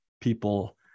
people